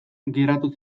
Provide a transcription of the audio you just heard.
geratu